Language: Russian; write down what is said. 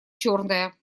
черная